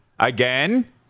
Again